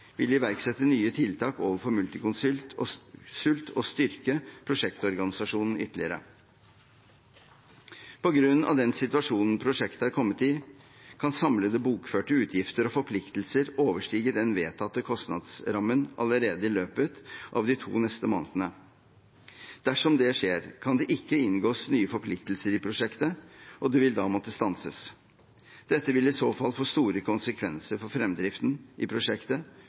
vil iverksette nye tiltak overfor Multiconsult og styrke prosjektorganisasjonen ytterligere. På grunn av den situasjonen prosjektet har kommet i, kan samlede bokførte utgifter og forpliktelser overstige den vedtatte kostnadsrammen allerede i løpet av de to neste månedene. Dersom det skjer, kan det ikke inngås nye forpliktelser i prosjektet, og det vil da måtte stanses. Dette vil i så fall få store konsekvenser for fremdriften i prosjektet